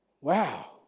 Wow